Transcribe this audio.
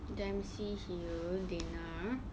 dempsey hill dinner